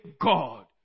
God